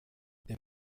der